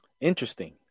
interesting